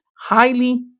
highly